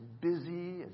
busy